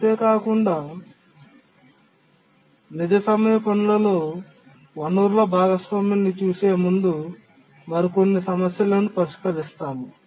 అంతేకాకుండా నిజ సమయ పనులలో వనరుల భాగస్వామ్యాన్ని చూసే ముందు మరికొన్ని సమస్యలను పరిశీలిస్తాము